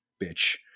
bitch